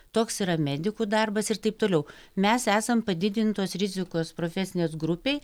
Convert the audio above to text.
toks yra medikų darbas ir taip toliau mes esam padidintos rizikos profesinės grupėj